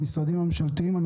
למשרדים הממשלתיים לדבר.